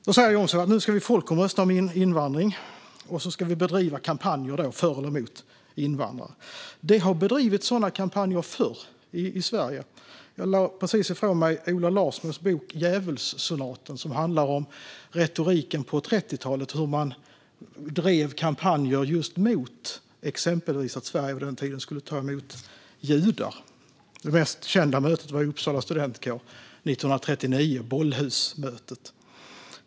Då säger Jomshof att nu ska vi folkomrösta om invandring och bedriva kampanjer för eller emot invandring. Det har bedrivits sådana kampanjer förr i Sverige. Jag lade precis ifrån mig Ola Larsmos bok Djävulssonaten , som handlar om retoriken på 30-talet och hur man drev kampanjer just mot exempelvis att Sverige under den tiden skulle ta emot judar. Det mest kända mötet var i Uppsala studentkår 1939, Bollhusmötet.